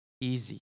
easy